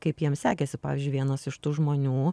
kaip jiems sekėsi pavyzdžiui vienas iš tų žmonių